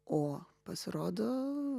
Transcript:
o pasirodo